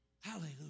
Hallelujah